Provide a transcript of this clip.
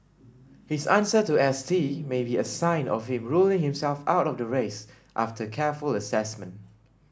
his answer to S T may be a sign of him ruling himself out of the race after careful assessment